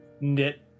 knit